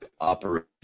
operation